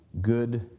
good